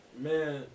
Man